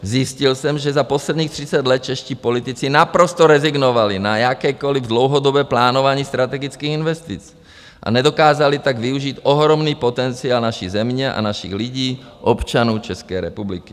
Zjistil jsem, že za posledních 30 let čeští politici naprosto rezignovali na jakékoliv dlouhodobé plánování strategických investic a nedokázali tak využít ohromný potenciál naší země a našich lidí, občanů České republiky.